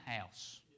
house